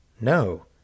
No